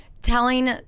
telling